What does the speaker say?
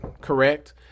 Correct